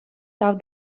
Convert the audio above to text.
тав